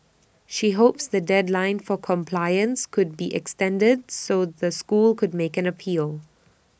she hopes the deadline for compliance could be extended so the school could make an appeal